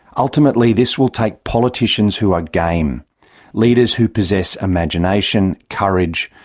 ultimately this will take politicians who are game leaders who possess imagination, courage,